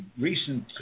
recent